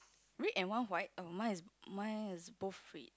red and one white oh mine is mine is both red